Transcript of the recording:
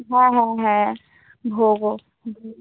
হ্যাঁ হ্যাঁ হ্যাঁ ভোগও হুম